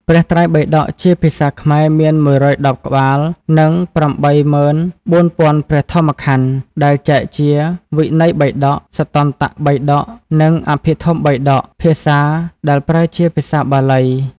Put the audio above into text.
ព្រះត្រៃបិដកជាភាសាខ្មែរមាន ១១០ ក្បាល និង ៨៤០០០ ព្រះធម្មក្ខន្ធ ដែលចែកជា វិនយបិដក សុត្តន្តបិដក និង អភិធម្មបិដក (ភាសាដែលប្រើជាភាសាបាលី។)។